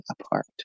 apart